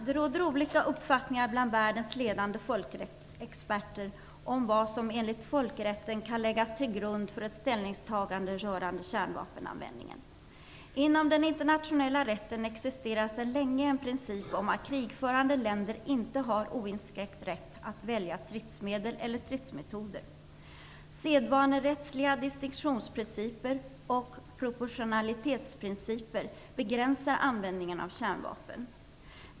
Det råder olika uppfattningar bland världens ledande folkrättsexperter om vad som enligt folkrätten kan läggas till grund för ett ställningstagande rörande kärnvapenanvändningen. Inom den internationella rätten existerar sedan länge en princip om att krigförande länder inte har oinskränkt rätt att välja stridsmedel eller stridsmetoder. Sedvanerättsliga distinktionsprinciper och proportionalitetsprinciper begränsar användningen av kärnvapen.